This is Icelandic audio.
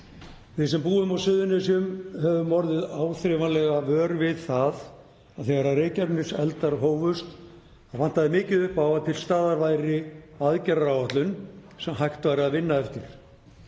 Við sem búum á Suðurnesjum höfum orðið áþreifanlega vör við það að þegar Reykjaneseldar hófust vantaði mikið upp á að til staðar væri aðgerðaáætlun sem hægt væri að vinna eftir.